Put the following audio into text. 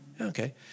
Okay